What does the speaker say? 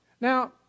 Now